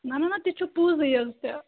نہ نہ نہ تہِ چھِ پوٚزٕے حظ تہِ